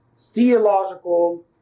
theological